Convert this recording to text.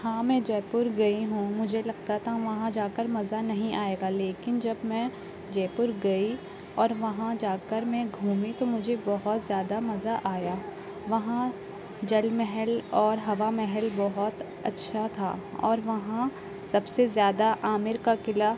ہاں میں جے پور گئی ہوں مجھے لگتا تھا وہاں جا کر مزہ نہیں آئے گا لیکن جب میں جے پور گئی اور وہاں جا کر میں گھوممی تو مجھے بہت زیادہ مزہ آیا وہاں جل محل اور ہوا محل بہت اچھا تھا اور وہاں سب سے زیادہ عامر کا قلعہ